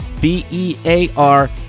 b-e-a-r